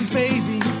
baby